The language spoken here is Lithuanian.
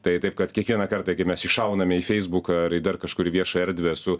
tai taip kad kiekvieną kartą kai mes iššauname į feisbuką ar į dar kažkur į viešą erdvę su